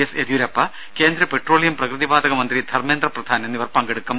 S Yeddyurappa കേന്ദ്ര petroleum പ്രകൃതിവാതക മന്ത്രി ധർമ്മേന്ദ്ര പ്രധാൻ എന്നിവർ പങ്കെടുക്കും